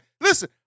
Listen